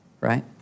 right